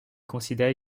considéré